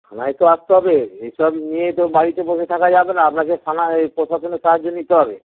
ওরা তো আটকাবে এইসব নিয়ে তো বাড়িতে বসে থাকা যাবে না আপনাকে থানায় এই প্রশাসনের সাহায্য নিতে হবে